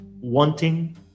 wanting